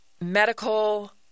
medical